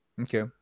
Okay